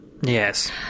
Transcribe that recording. Yes